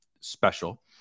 special